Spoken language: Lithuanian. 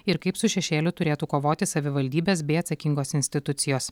ir kaip su šešėliu turėtų kovoti savivaldybės bei atsakingos institucijos